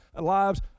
lives